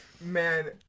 Man